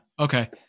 okay